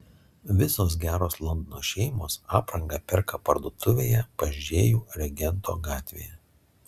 visos geros londono šeimos aprangą perka parduotuvėje pas džėjų regento gatvėje